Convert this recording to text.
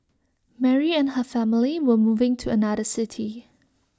Mary and her family were moving to another city